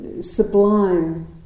sublime